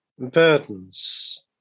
burdens